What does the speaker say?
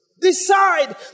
Decide